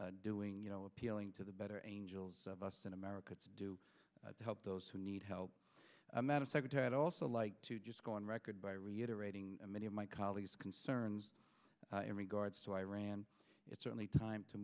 doing you know appealing to the better angels of us in america to do to help those who need help madam secretary i'd also like to just go on record by reiterating many of my colleagues concerns in regards to iran it's certainly time to